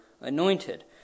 anointed